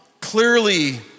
clearly